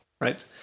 right